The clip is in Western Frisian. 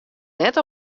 net